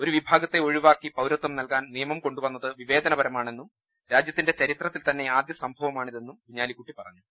ഒരു വിഭാഗത്തെ ഒഴിവാക്കി പൌരത്വം നൽകാൻ നിയമം കൊണ്ടുവന്നത് വിവേചനപരമാണെന്നും രാജ്യ ത്തിന്റെ ചരിത്രത്തിൽ തന്നെ ആദ്യസംഭവമാണിതെന്നും കുഞ്ഞാ ലിക്കുട്ടി പറഞ്ഞു